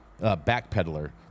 Backpedaler